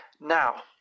Now